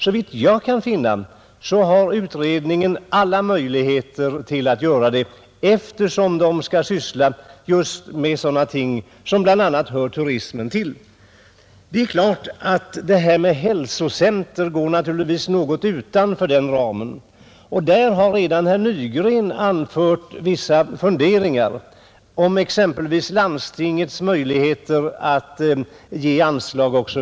Såvitt jag kan finna har utredningen alla möjligheter att göra det, eftersom den bl.a. skall syssla just med sådana ting som hör turismen till. Det är klart att frågan om ett hälsocentrum går litet utanför den ramen. Herr Nygren har redan framfört vissa funderingar om exempelvis landstingets möjligheter att ge anslag.